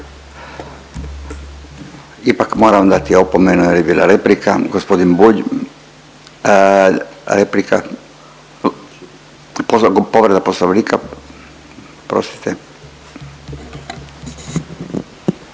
ipak moram dati opomenu jer je bila replika. Gospodin Bulj replika. Povreda Poslovnika, oprostite.